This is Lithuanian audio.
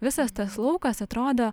visas tas laukas atrodo